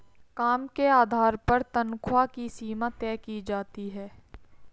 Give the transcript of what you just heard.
काम के आधार पर तन्ख्वाह की सीमा तय की जाती है